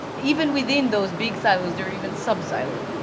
even within those big silos, there are even subsilos.